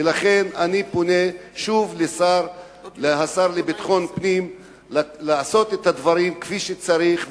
ולכן אני פונה שוב לשר לביטחון פנים לעשות את הדברים כפי שצריך,